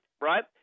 right